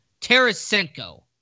Tarasenko